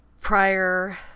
Prior